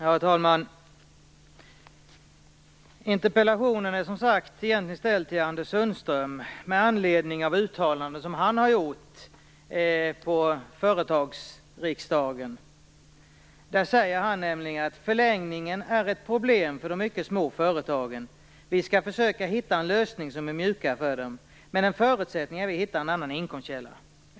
Herr talman! Interpellationen är som sagt egentligen ställd till Anders Sundström, med anledning av ett uttalande som han har gjort för Företagsriksdagen. Där sade han nämligen att förlängningen är ett problem för de mycket små företagen och att regeringen skall försöka hitta en lösning som är mjukare för dem. En förutsättning, sade han, är att man hittar en annan inkomstkälla.